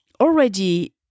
already